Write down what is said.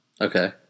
Okay